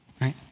Right